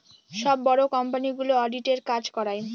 সব বড়ো কোম্পানিগুলো অডিটের কাজ করায়